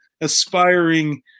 aspiring